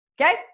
Okay